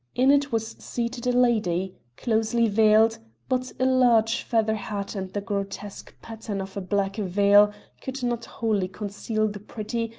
in it was seated a lady, closely veiled but a large feather hat and the grotesque pattern of a black veil could not wholly conceal the pretty,